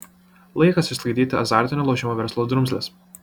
laikas išsklaidyti azartinių lošimų verslo drumzles